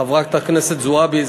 חברת הכנסת זועבי,